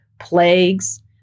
plagues